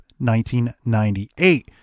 1998